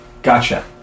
Gotcha